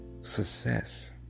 success